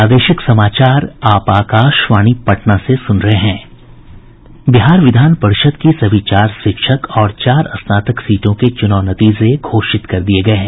बिहार विधान परिषद की सभी चार शिक्षक और चार स्नातक सीटों के चुनाव नतीजे घोषित कर दिए गए हैं